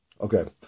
Okay